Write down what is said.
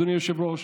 אדוני היושב-ראש,